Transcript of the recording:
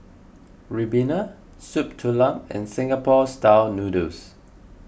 Ribena Soup Tulang and Singapore Style Noodles